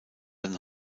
van